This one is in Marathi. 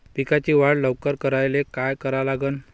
पिकाची वाढ लवकर करायले काय करा लागन?